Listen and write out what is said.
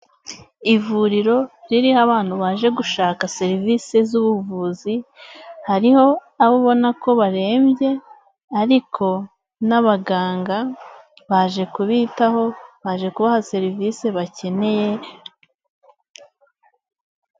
Ivuriro ririho abantu baje gushaka serivisi z'ubuvuzi. Hariho abo ubona ko barembye ariko n'abaganga baje kubitaho baje kubaha serivisi bakeneye...